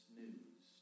news